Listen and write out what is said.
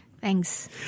Thanks